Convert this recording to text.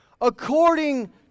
According